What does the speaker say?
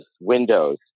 windows